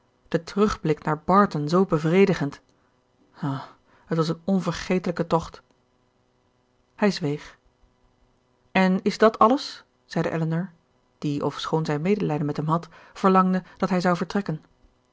den terugblik naar barton zoo bevredigend o het was een onvergetelijke tocht hij zweeg en is dat alles zeide elinor die ofschoon zij medelijden met hem had verlangde dat hij zou vertrekken